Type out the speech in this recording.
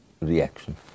reaction